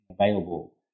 available